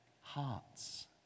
hearts